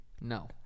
No